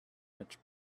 much